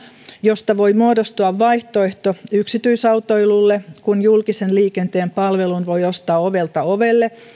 josta voi muodostua vaihtoehto yksityisautoilulle kun julkisen liikenteen palvelun voi ostaa ovelta ovelle